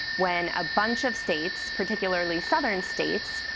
when a bunch of states, particularly southern states,